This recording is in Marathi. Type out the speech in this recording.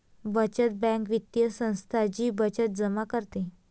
बचत बँक वित्तीय संस्था जी बचत जमा करते